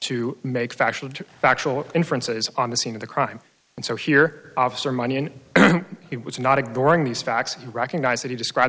to make factual to factual inference is on the scene of the crime and so here officer money and he was not ignoring these facts you recognize that he described t